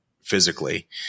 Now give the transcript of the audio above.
physically